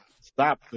stop